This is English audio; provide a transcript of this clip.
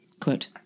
quote